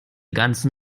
ganzen